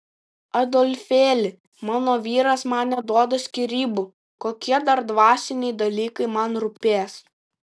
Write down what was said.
adolfėli mano vyras man neduoda skyrybų kokie dar dvasiniai dalykai man rūpės